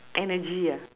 energy ah